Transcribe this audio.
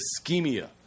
ischemia